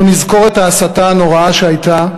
אנו נזכור את ההסתה הנוראה שהייתה.